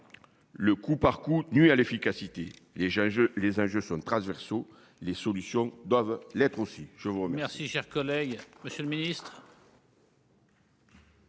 Le coup par coup à l'efficacité les gens je les âges sont transversaux les solutions doivent l'être aussi. Je vous remercie,